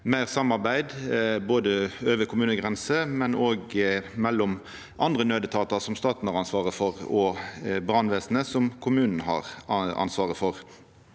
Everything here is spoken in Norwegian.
meir samarbeid både over kommunegrensa og mellom andre naudetatar, som staten har ansvaret for, og brannvesenet, som kommunane har ansvaret for.